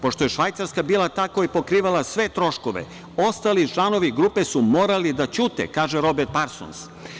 Pošto je Švajcarska bila ta koja je pokrivala sve troškove, ostali članovi grupe su morali da ćute, kaže Robert Parsons.